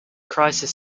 crisis